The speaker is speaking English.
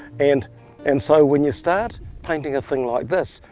and and so when you start painting a thing like this,